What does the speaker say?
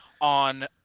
on